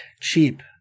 cheap